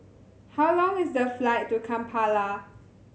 how long is the flight to Kampala